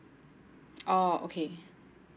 oh okay